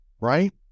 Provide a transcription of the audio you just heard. Right